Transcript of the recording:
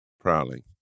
prowling